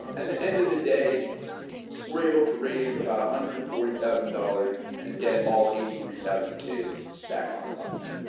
um and the end of the day we're able to raise about one hundred and forty thousand dollars and get all eighty three thousand kids back on the bus.